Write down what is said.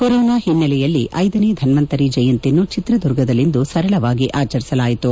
corona ಹಿನ್ನೆಲೆಯಲ್ಲಿ ಇನೇ ಧನ್ವಂತರಿ ಜಯಂತಿಯನ್ನು ಚಿತ್ರದುರ್ಗದಲ್ಲಿಂದು ಸರಳವಾಗಿ ಆಚರಿಸಲಾಯಿತು